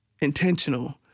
intentional